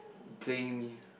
playing me